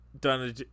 done